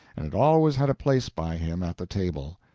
and it always had a place by him at the table.